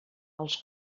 als